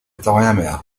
diameter